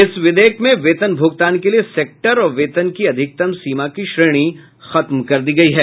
इस विधेयक में वेतन भुगतान के लिए सेक्टर और वेतन की अधिकतम सीमा की श्रेणी खत्म कर दी गयी है